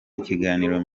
ikiganiro